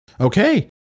Okay